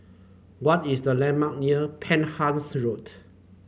what is the landmark near Penhas Road